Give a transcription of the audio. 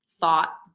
thought